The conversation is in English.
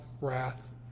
wrath